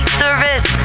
service